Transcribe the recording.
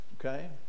okay